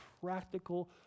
practical